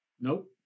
Nope